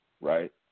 right